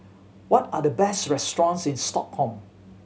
what are the best restaurants in Stockholm